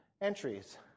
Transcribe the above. entries